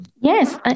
Yes